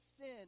sin